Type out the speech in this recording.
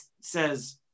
says